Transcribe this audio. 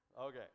Okay